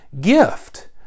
gift